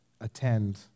attend